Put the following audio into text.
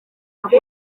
iduka